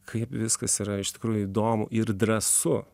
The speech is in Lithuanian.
kaip viskas yra iš tikrųjų įdomu ir drąsu